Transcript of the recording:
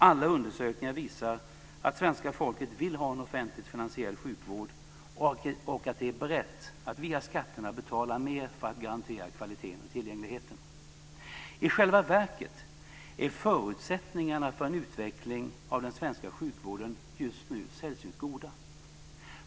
Alla undersökningar visar att svenska folket vill ha en offentligt finansierad sjukvård och att man är beredd att via skatterna betala mer för att garantera kvaliteten och tillgängligheten. I själva verket är förutsättningarna för en utveckling av den svenska sjukvården just nu sällsynt goda.